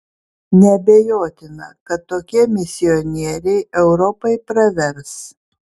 neabejotina kad tokie misionieriai europai pravers